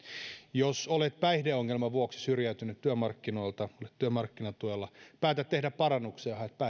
jos olet päihdeongelman vuoksi syrjäytynyt työmarkkinoilta ja olet työmarkkinatuella ja päätät tehdä parannuksen ja haet